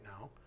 now